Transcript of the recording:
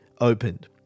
opened